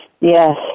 Yes